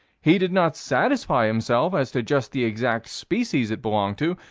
he did not satisfy himself as to just the exact species it belonged to,